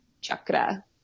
chakra